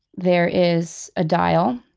there is a dial.